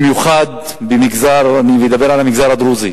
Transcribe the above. אני מדבר במיוחד על המגזר הדרוזי,